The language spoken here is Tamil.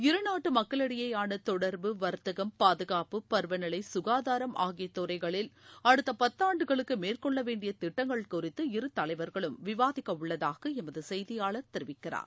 இருநாட்டு மக்களிடையேயான தொடர்பு வர்த்தகம் பாதுகாப்பு பருவநிலை சுகாதாரம் ஆகிய துறைகளில் அடுத்த பத்தாண்டுகளுக்கு மேற்கொள்ள வேண்டிய திட்டங்கள் குறித்து இரு தலைவர்களும் விவாதிக்க உள்ளதாக எமது செய்தியாளர் தெரிவிக்கிறார்